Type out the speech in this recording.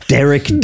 Derek